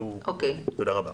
תודה.